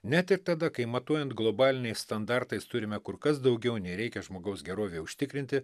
net ir tada kai matuojant globaliniais standartais turime kur kas daugiau nei reikia žmogaus gerovei užtikrinti